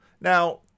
Now